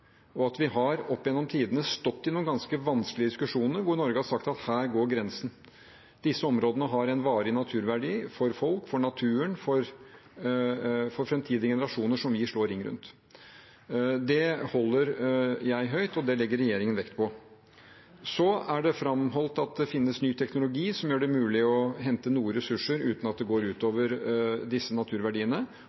og at vi opp gjennom tidene har stått i noen ganske vanskelige diskusjoner hvor Norge har sagt at her går grensen. Disse områdene har en varig verdi for folk, for naturen og for framtidige generasjoner som vi slår ring rundt. Det holder jeg høyt, og det legger regjeringen vekt på. Så er det framholdt at det finnes ny teknologi som gjør det mulig å hente noe ressurser uten at det går ut over disse naturverdiene,